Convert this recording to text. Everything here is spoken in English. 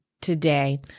today